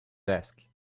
desk